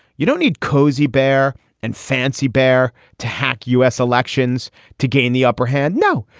you don't need cozy bear and fancy bear to hack u s. elections to gain the upper hand. no,